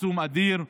פרסום אדיר.